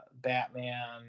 Batman